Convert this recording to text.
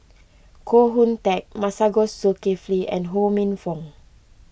Koh Hoon Teck Masagos Zulkifli and Ho Minfong